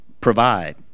provide